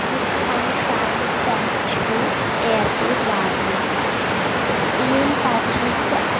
یُس مےٚ پنٛنِس ٹایمَس پٮ۪ٹھ چھِ اِیَرپوٹ واتناوان تہٕ امہِ پَتہٕ چھٮ۪س بہٕ